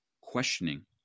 questioning